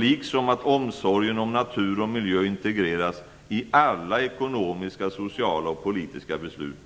liksom att omsorgen om natur och miljö integreras i alla ekonomiska, sociala och politiska beslut.